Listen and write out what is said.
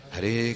Hare